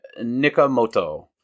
Nikamoto